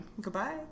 goodbye